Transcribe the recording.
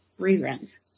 reruns